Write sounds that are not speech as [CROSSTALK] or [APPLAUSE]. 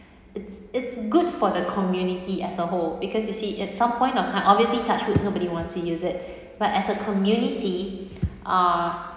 it's it's good for the community as a whole because you see in some point of time obviously touch wood [NOISE] nobody wants to use it but as a community uh